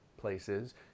places